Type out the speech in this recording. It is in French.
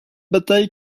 bataille